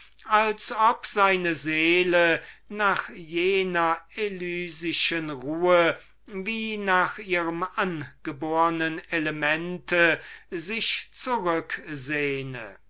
als ob seine seele nach jener elysischen ruhe wie nach ihrem angebornen elemente sich zurücksehne